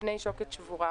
בפני שוקת שבורה.